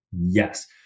Yes